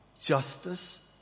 Justice